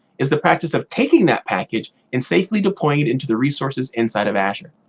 is the practice of taking that package and safely deploying it into the resources inside of azure.